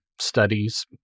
studies